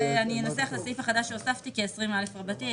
אני אנסח את הסעיף החדש שהוספתי כ-20א רבתי.